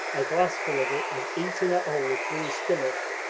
a glassful of it has eaten a hole through his stomach,